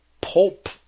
pulp